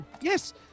Yes